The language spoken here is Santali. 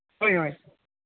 ᱦᱳᱭ ᱦᱳᱭ